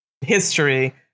history